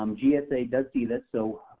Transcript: um gsa does see this, so